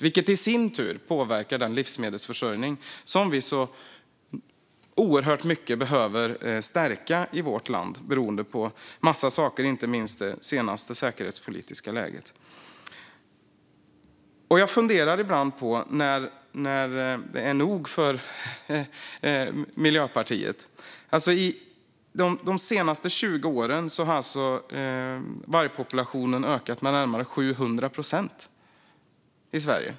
Det påverkar i sin tur den livsmedelsförsörjning som vi behöver stärka i vårt land av en mängd anledningar, inte minst det säkerhetspolitiska läget. Jag funderar ibland över när det är nog för Miljöpartiet. De senaste 20 åren har vargpopulationen ökat med närmare 700 procent i Sverige.